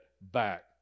back